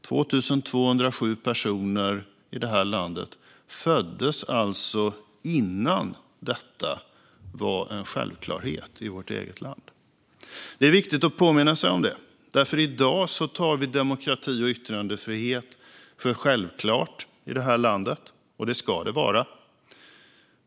2 207 personer i det här landet föddes alltså innan detta var en självklarhet i vårt eget land. Det är viktigt att påminna sig om det, för i dag tar vi demokrati och yttrandefrihet för självklart i vårt land. Det ska det vara.